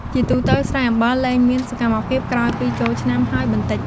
ជាទូទៅស្រែអំបិលលែងមានសកម្មភាពក្រោយពីចូលឆ្នាំហើយបន្តិច។